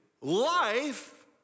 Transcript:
life